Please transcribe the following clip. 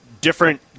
different